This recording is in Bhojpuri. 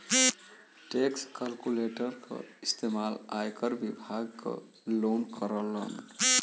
टैक्स कैलकुलेटर क इस्तेमाल आयकर विभाग क लोग करलन